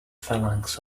phalanx